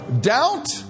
Doubt